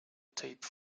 tape